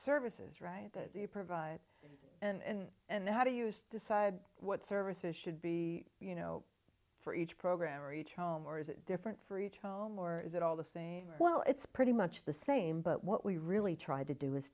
services right that they provide and and then how do you decide what services should be you know for each program or each home or is it different for each home or is it all the same well it's pretty much the same but what we really tried to do is